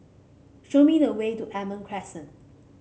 show me the way to Almond Crescent